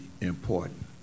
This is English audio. important